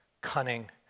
cunning